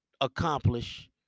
accomplish